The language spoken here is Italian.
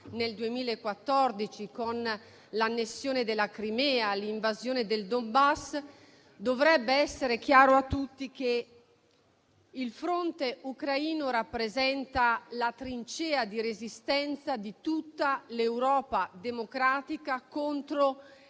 nel 2014 con l'annessione della Crimea e l'invasione del Donbass. Dovrebbe essere chiaro a tutti che il fronte ucraino rappresenta la trincea di resistenza di tutta l'Europa democratica contro